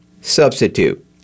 substitute